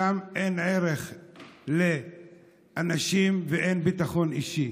ששם אין ערך לאנשים ואין ביטחון אישי.